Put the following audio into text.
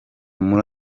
muri